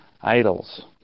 idols